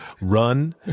run